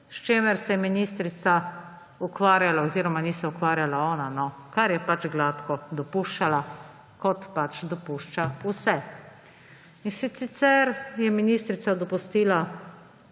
s čimer se je ministrica ukvarjala. Oziroma ni se ukvarjala ona, kar je pač gladko dopuščala, kot dopušča vse. In sicer je ministrica dopustila